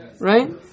right